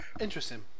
interesting